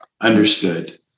Understood